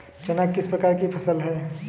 चना किस प्रकार की फसल है?